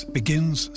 begins